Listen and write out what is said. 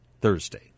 Thursday